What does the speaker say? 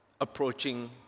approaching